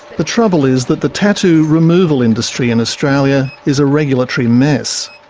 the trouble is that the tattoo removal industry in australia is a regulatory mess.